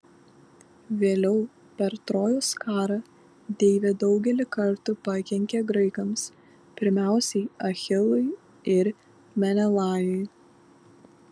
vėliau per trojos karą deivė daugelį kartų pakenkė graikams pirmiausiai achilui ir menelajui